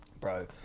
bro